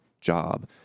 job